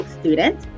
student